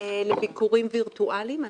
לביקורים וירטואליים.